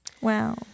Wow